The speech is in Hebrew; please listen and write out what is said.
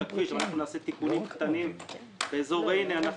הכביש ואנחנו נעשה תיקונים קטנים באיזור ריינה.